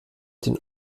den